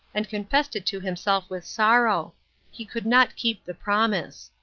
and confessed it to himself with sorrow he could not keep the promise.